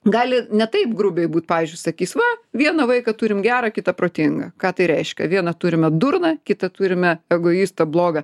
gali ne taip grubiai būti pavyzdžiui sakys va vieną vaiką turime gerą kita protingą ką tai reiškia vieną turime durną kitą turime egoistą blogą